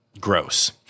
gross